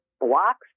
blocks